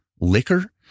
liquor